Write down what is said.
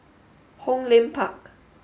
Hong Lim Park